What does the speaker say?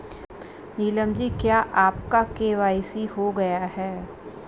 नीलम जी क्या आपका के.वाई.सी हो गया है?